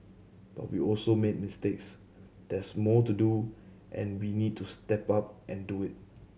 but we also made mistakes there's more to do and we need to step up and do it